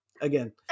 again